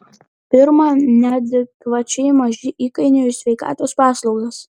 pirma neadekvačiai maži įkainiai už sveikatos paslaugas